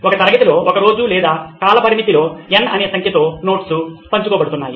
ఒక తరగతిలో ఒక రోజు లేదా కాలపరిమితిలో N అనే సంఖ్యతో నోట్స్ పంచుకోబడుతున్నాయి